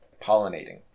pollinating